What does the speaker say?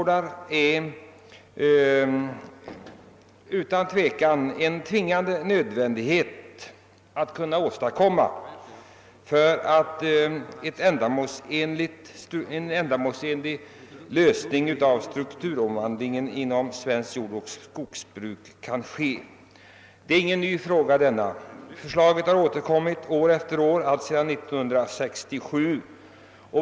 Det är en tvingande nödvändighet att åstadkomma familjeskogsgårdar, om vi skall få en ändamålsenlig lösning när det gäller strukturomvandlingen inom svenskt jordoch skogsbruk. Detta är ingen ny fråga. Motionen har återkommit varje år alltsedan 1967.